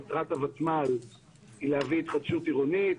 מטרת הותמ"ל היא להביא התחדשות עירונית,